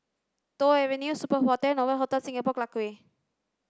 Toh Avenue Superb Hostel and Novotel Singapore Clarke Quay